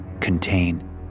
contain